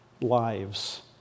lives